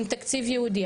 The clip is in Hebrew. עם תקציב ייעודי.